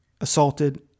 assaulted